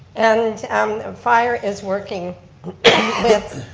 and um um fire is working with,